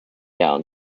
down